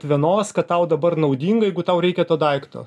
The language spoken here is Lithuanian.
vienos kad tau dabar naudinga jeigu tau reikia to daikto